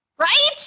Right